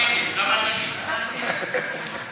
ההסתייגות של קבוצת סיעת מרצ